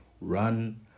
Run